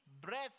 breath